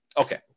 Okay